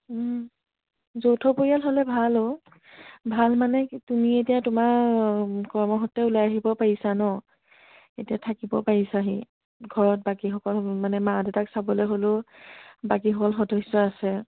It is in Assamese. যৌথ পৰিয়াল হ'লে ভাল অ' ভাল মানে তুমি এতিয়া তোমাৰ কৰ্মসূত্ৰে ওলাই আহিব পাৰিছা ন এতিয়া থাকিব পাৰিছা হি ঘৰত বাকীসকল মানে মা দেউতাক চাবলে হ'লেও বাকীসকল সদস্য আছে